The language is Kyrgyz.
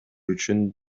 үчүн